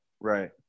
right